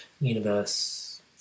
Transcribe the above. universe